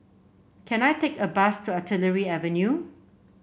can I take a bus to Artillery Avenue